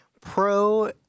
pro